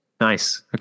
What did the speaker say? Nice